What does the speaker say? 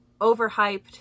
overhyped